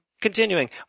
Continuing